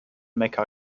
mekka